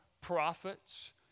prophets